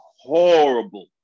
horrible